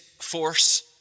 force